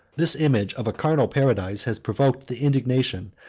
this image of a carnal paradise has provoked the indignation,